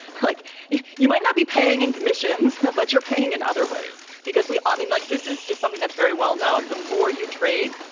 like you you might not be paying in commissions, but you're paying in other ways because we ah only like this is just something that's very well known. the more you trade,